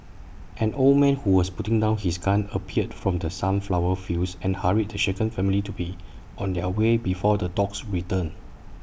an old man who was putting down his gun appeared from the sunflower fields and hurried the shaken family to be on their way before the dogs return